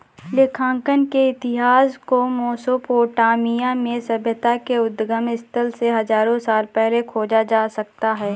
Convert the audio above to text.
लेखांकन के इतिहास को मेसोपोटामिया में सभ्यता के उद्गम स्थल से हजारों साल पहले खोजा जा सकता हैं